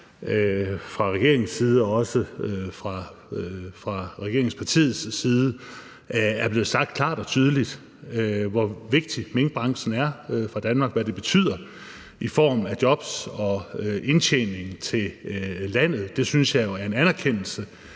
fra regeringens side og også fra regeringspartiets side – er blevet sagt klart og tydeligt, hvor vigtig minkbranchen er for Danmark, og hvad den betyder i form af jobs og indtjening til landet. Det synes jeg jo er en anerkendelse